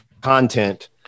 content